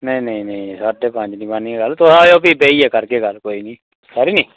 नेईं नेईं साढ़े पंज निं करनी गल्ल एह् आयो भी बेहियै करगे गल्ल कोई निं खरी नी